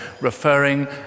referring